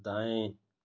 दाएँ